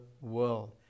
world